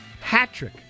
Patrick